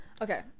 okay